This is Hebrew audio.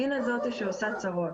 הנה זאתי שעושה צרות,